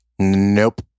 Nope